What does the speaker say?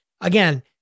Again